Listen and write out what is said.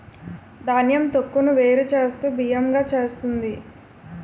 ధాన్యం తొక్కును వేరు చేస్తూ బియ్యం గా చేస్తుంది